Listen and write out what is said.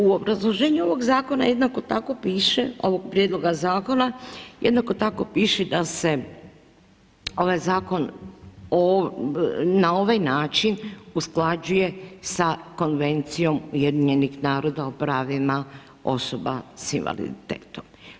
U obrazloženju ovog zakona jednako tako piše, ovog prijedloga zakona jednako tako piše da se ovaj zakon na ovaj način usklađuje sa Konvencijom UN-a o pravima osoba sa invaliditetom.